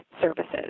services